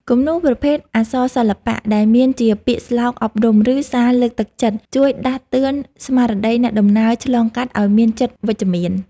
គំនូរប្រភេទ អក្សរសិល្បៈ ដែលមានជាពាក្យស្លោកអប់រំ ឬសារលើកទឹកចិត្ត ជួយដាស់តឿនស្មារតីអ្នកដំណើរឆ្លងកាត់ឱ្យមានចិត្តវិជ្ជមាន។